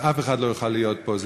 אז אף אחד לא יוכל להיות פה.